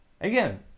again